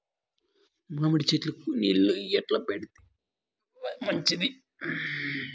మామిడి చెట్లకు నీళ్లు ఎట్లా పెడితే మంచిది?